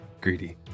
Greedy